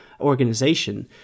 organization